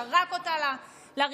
זרק אותה לרצפה,